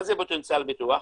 מה זה פוטנציאל הפיתוח?